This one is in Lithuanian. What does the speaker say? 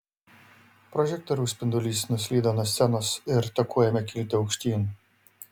prožektoriaus spindulys nuslydo nuo scenos ir taku ėmė kilti aukštyn